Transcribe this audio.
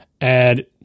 add